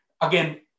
again